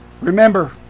Remember